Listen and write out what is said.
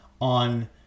on